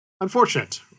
unfortunate